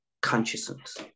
consciousness